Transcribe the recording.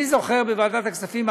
אני זוכר בוועדת הכספים,